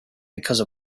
because